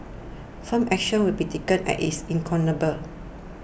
firm action will be taken at he is incorrigible